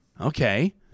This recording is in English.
Okay